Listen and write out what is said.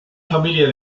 familia